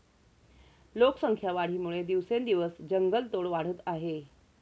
लोकसंख्या वाढीमुळे दिवसेंदिवस जंगलतोड वाढत आहे